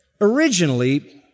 Originally